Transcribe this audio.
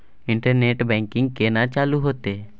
Internet banking केना चालू हेते?